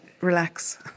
relax